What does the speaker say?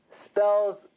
spells